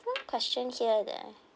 one question here that